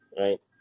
right